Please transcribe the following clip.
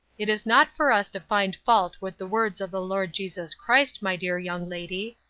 it is not for us to find fault with the words of the lord jesus christ, my dear young lady.